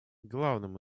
главным